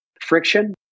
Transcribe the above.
friction